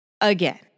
Again